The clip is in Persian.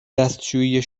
دستشویی